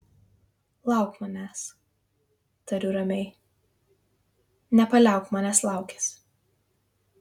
lauk manęs tariu ramiai nepaliauk manęs laukęs